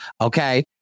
okay